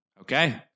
Okay